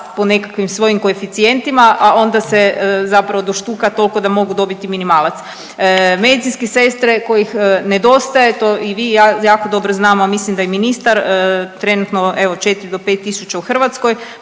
po nekakvim svojim koeficijentima, a onda se doštuka toliko da mogu dobiti minimalac. Medicinske sestre kojih nedostaje to i vi i ja jako dobro znamo, a mislim da i ministar, evo četri do pet tisuća u Hrvatskoj